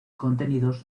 contenidos